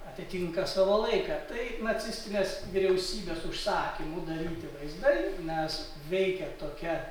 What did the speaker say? atitinka savo laiką tai nacistinės vyriausybės užsakymu daryti vaizdai mes veikia tokia